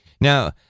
Now